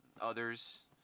others